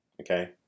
okay